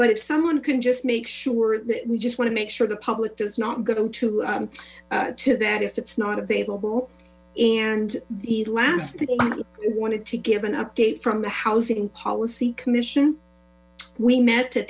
but if someone can just make sure that we just want to make sure the public does not go to to that if it's not available and the last we wanted to give an update from the housing policy commission we met at